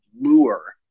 lure